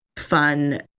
Fun